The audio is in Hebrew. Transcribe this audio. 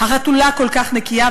החתולה כל כך נקייה,